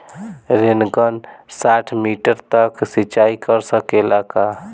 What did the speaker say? Rain gun साठ metre तक सिचाई कर सकेला का?